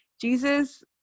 jesus